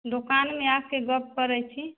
दोकानमे आबिके गप करै छी